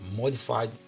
modified